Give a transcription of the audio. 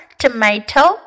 tomato